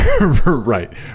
right